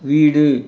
வீடு